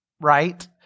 right